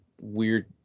weird